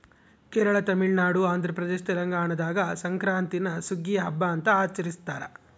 ಕೇರಳ ತಮಿಳುನಾಡು ಆಂಧ್ರಪ್ರದೇಶ ತೆಲಂಗಾಣದಾಗ ಸಂಕ್ರಾಂತೀನ ಸುಗ್ಗಿಯ ಹಬ್ಬ ಅಂತ ಆಚರಿಸ್ತಾರ